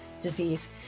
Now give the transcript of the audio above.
disease